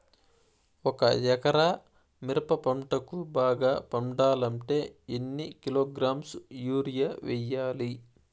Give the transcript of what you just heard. ఒక ఎకరా మిరప పంటకు బాగా పండాలంటే ఎన్ని కిలోగ్రామ్స్ యూరియ వెయ్యాలి?